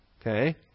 Okay